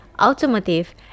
automotive